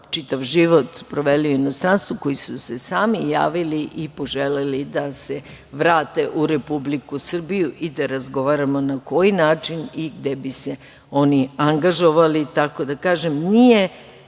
čitav život su proveli u inostranstvu, koji su se samo javili i poželeli da se vrate u Republiku Srbiju i da razgovaramo na koji način i gde bi se oni angažovali. Tako da, kažem, nije